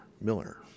Miller